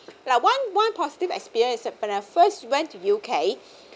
like one one positive experience is when I first went to U_K